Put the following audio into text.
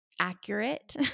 accurate